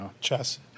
chess